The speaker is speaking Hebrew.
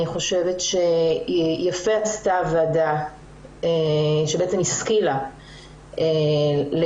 אני חושבת שיפה עשתה הוועדה שבעצם השכילה ליישם